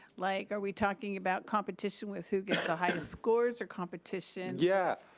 like are we talking about competition with who gets the highest scores or competition yeah.